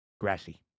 grassy